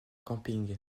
camping